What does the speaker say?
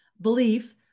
belief